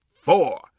four